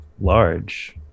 large